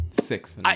Six